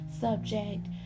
subject